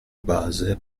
base